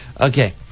Okay